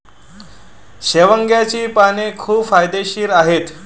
शेवग्याची पाने खूप फायदेशीर आहेत